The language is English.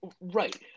Right